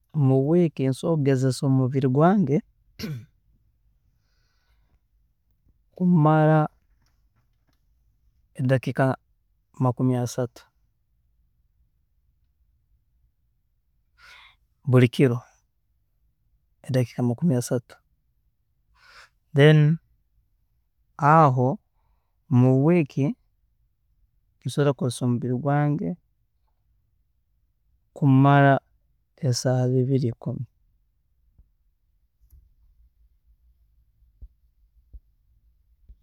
Mu week nsobola kugezesa omubiri gwange kumara edakiika makumi asatu, buri kiro edakiika makumi asatu, then aho mu week nsobola kukozesa omubiri gwange kumara esaaha bibiri ikumi.